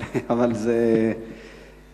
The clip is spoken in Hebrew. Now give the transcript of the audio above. אבל זה העניין,